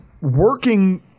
working